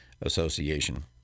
association